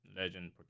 legend